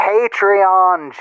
Patreon